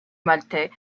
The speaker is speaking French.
maltais